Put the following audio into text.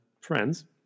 Friends